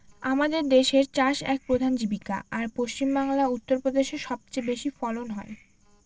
আমাদের দেশের চাষ এক প্রধান জীবিকা, আর পশ্চিমবাংলা, উত্তর প্রদেশে সব চেয়ে বেশি ফলন হয়